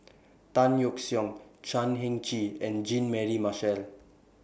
Tan Yeok Seong Chan Heng Chee and Jean Mary Marshall